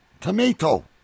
Tomato